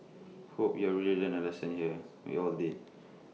hope you've really learned A lesson here we all did